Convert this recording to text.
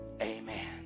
Amen